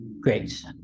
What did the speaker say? Great